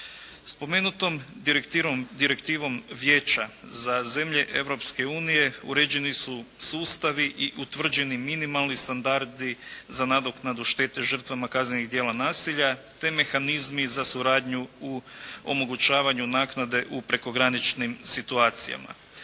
Spomenutom direktivom vijeća za zemlje Europske unije, uređeni su sustavi i utvrđeni minimalni standardi za nadoknadu štete žrtvama kaznenih dijela nasilja, te mehanizmi za suradnju u omogućavanju naknade u prekograničnim situacijama.